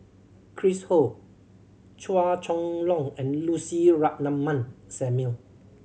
Chris Ho Chua Chong Long and Lucy Ratnammah Samuel